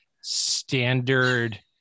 standard